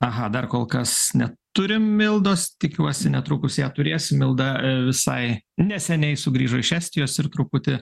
aha dar kol kas neturim mildos tikiuosi netrukus ją turėsim milda visai neseniai sugrįžo iš estijos ir truputį